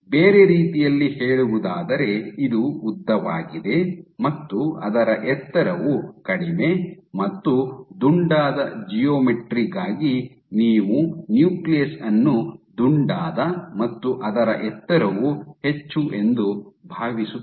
ಬೇರೆ ರೀತಿಯಲ್ಲಿ ಹೇಳುವುದಾದರೆ ಇದು ಉದ್ದವಾಗಿದೆ ಮತ್ತು ಅದರ ಎತ್ತರವು ಕಡಿಮೆ ಮತ್ತು ದುಂಡಾದ ಜಿಯೋಮೆಟ್ರಿ ಗಾಗಿ ನೀವು ನ್ಯೂಕ್ಲಿಯಸ್ ಅನ್ನು ದುಂಡಾದ ಮತ್ತು ಅದರ ಎತ್ತರವು ಹೆಚ್ಚು ಎಂದು ಭಾವಿಸುತ್ತೀರಿ